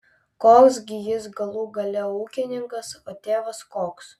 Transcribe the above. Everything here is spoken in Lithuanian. koks gi jis galų gale ūkininkas o tėvas koks